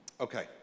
Okay